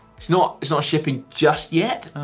it's not it's not shipping just yet,